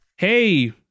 Hey